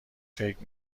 فکر